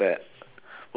will they uh